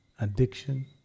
addiction